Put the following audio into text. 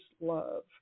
love